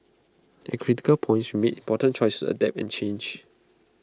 at critical points made important choices to adapt and change